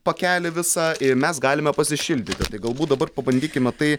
pakelį visą mes galime pasišildyti tai galbūt dabar pabandykime tai